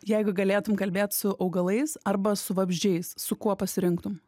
jeigu galėtum kalbėt su augalais arba su vabzdžiais su kuo pasirinktum